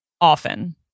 often